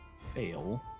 Fail